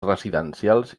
residencials